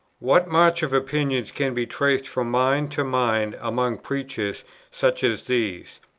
what march of opinions can be traced from mind to mind among preachers such as these?